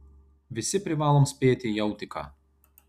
visi privalom spėti į autiką